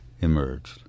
emerged